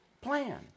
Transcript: plan